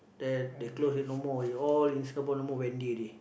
then they close already no more already all in Singapore no more Wendy already